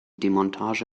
demontage